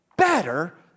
better